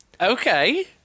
Okay